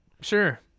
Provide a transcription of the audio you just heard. sure